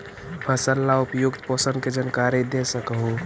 फसल ला उपयुक्त पोषण के जानकारी दे सक हु?